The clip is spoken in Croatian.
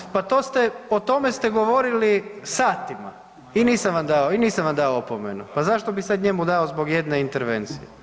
Pa, pa, pa to ste, o tome ste govorili satima i nisam vam dao i nisam vam dao opomenu, pa zašto bi sad njemu dao zbog jedne intervencije.